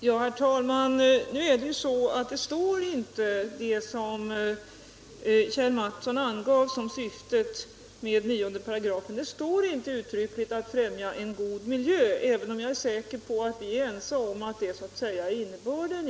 Herr talman! Nu är det ju så att det som Kjell Mattsson angav som syfte med 95, att främja en god miljö, inte står uttryckligt där, även om jag är säker på att vi är ense om att det är innebörden.